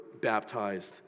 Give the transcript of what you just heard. baptized